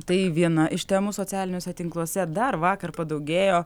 tai viena iš temų socialiniuose tinkluose dar vakar padaugėjo